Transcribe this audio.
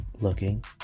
looking